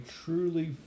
truly